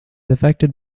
affected